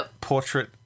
portrait